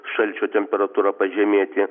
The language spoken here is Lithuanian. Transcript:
šalčio temperatūra pažemėti